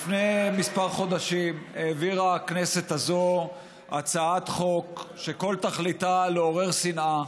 לפני כמה חודשים העבירה הכנסת הזו הצעת חוק שכל תכליתה לעורר שנאה,